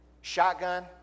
shotgun